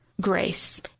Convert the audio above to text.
grace